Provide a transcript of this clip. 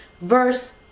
verse